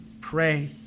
pray